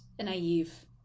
naive